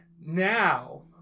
Now